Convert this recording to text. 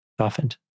softened